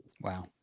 Wow